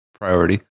priority